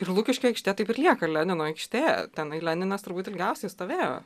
ir lukiškių aikštė taip ir lieka lenino aikštė tenai leninas turbūt ilgiausiai stovėjo